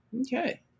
Okay